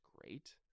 great